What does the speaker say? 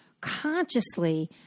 consciously